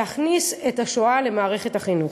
להכניס את נושא השואה למערכת החינוך.